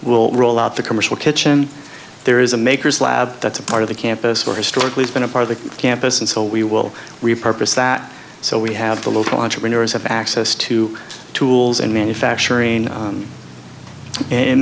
will roll out the commercial kitchen there is a maker's lab that's a part of the campus where historically has been a part of the campus and so we will repurpose that so we have the local entrepreneurs have access to tools and manufacturing